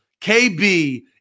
KB